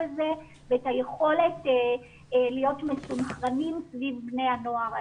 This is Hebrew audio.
הזה ואת היכולת להיות מסונכרנים סביב בני הנוער האלה.